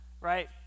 right